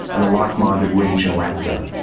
and a like-minded regional actor.